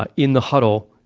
ah in the huddle,